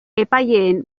epaileen